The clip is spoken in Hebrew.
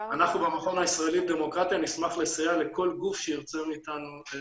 אנחנו במכון הישראלי לדמוקרטיה נשמח לסייע לכל גוף שירצה מאיתנו עזרה.